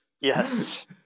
Yes